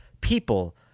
people